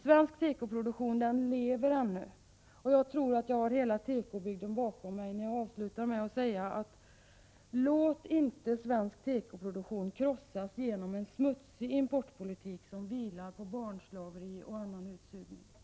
Svensk tekoproduktion lever ännu, och jag tror att jag har hela tekobygden bakom mig när jag avslutar med att säga: Låt inte svensk tekoproduktion krossas genom en smutsig importpolitik som vilar på barnslaveri och annan utsugning!